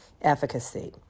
efficacy